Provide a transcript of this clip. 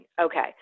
Okay